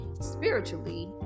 spiritually